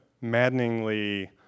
maddeningly